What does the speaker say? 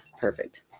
Perfect